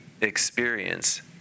experience